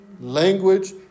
language